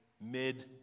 mid